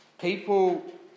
People